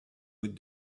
with